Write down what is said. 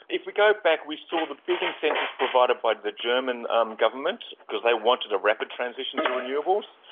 if we go back we saw the big incentives provided by the german um government because they wanted a rapid transition to renewables,